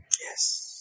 Yes